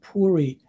Puri